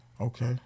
Okay